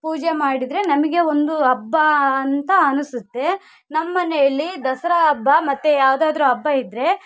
ಪೂಜೆ ಮಾಡಿದ್ರೆ ನಮಗೆ ಒಂದು ಹಬ್ಬ ಅಂತ ಅನಿಸುತ್ತೆ ನಮ್ಮ ಮನೆಯಲ್ಲಿ ದಸರಾ ಹಬ್ಬ ಮತ್ತು ಯಾವ್ದಾದ್ರೂ ಹಬ್ಬ ಇದ್ದರೆ